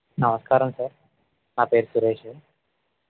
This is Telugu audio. నమస్కారం సార్ నా పేరు సురేషు